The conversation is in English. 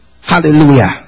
Hallelujah